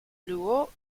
luo